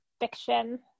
fiction